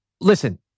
Listen